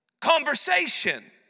conversation